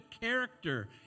character